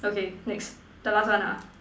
okay next the last one ah